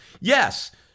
Yes